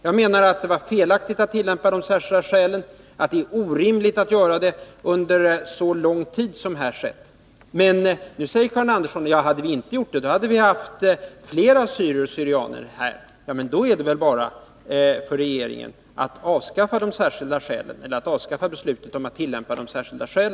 Jag menar att det var felaktigt att tillämpa bestämmelsen om särskilda skäl och att det dessutom var orimligt att göra det under så lång tid som här har skett. Men nu säger Karin Andersson, att om vi inte hade tillämpat bestämmelsen om särskilda skäl, då hade vi haft fler assyrier/syrianer här. Då är det väl bara för regeringen att upphäva beslutet att tillämpa bestämmelsen om särskilda skäl!